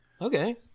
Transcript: Okay